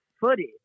footage